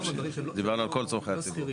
דיברנו על כל צרכי הציבור.